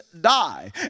die